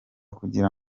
kugira